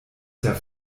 der